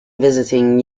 visiting